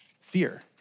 fear